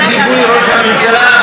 בגיבוי ראש הממשלה,